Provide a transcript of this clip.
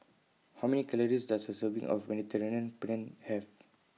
How Many Calories Does A Serving of Mediterranean Penne Have